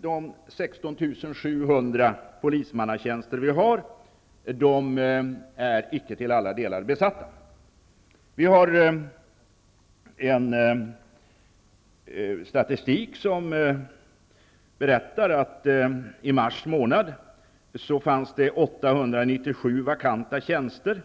De 16 700 polismanstjänsterna i landet är icke till alla delar besatta. Statistiken visar att det i mars månad fanns 897 vakanta tjänster.